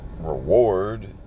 reward